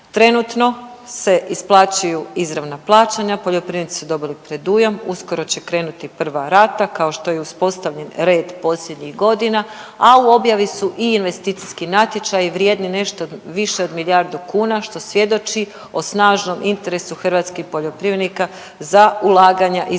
Trenutno se isplaćuju izravna plaćanja, poljoprivrednici su dobili predujam, uskoro će krenuti prva rata kao što je i uspostavljen red posljednjih godina, a u objavi su i investicijski natječaji vrijedni nešto više od milijardu kuna što svjedoči o snažnom interesu hrvatskih poljoprivrednika za ulaganja i za